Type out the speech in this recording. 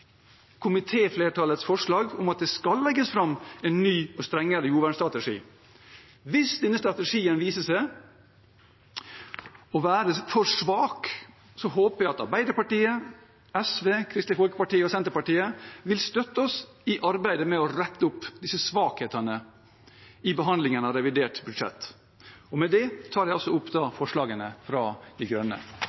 forslag til vedtak om at det skal legges fram en ny og strengere jordvernstrategi. Hvis denne strategien viser seg å være for svak, håper jeg at Arbeiderpartiet, SV, Kristelig Folkeparti og Senterpartiet i behandlingen av revidert budsjett vil støtte oss i arbeidet med å rette opp disse svakhetene. Med dette tar jeg opp forslagene fra De Grønne. Representanten Per Espen Stoknes har tatt opp de forslagene